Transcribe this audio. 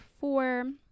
four